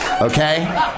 okay